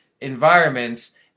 environments